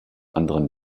anderen